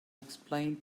explained